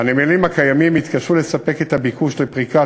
הנמלים הקיימים יתקשו לספק את הביקוש לפריקת